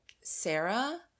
Sarah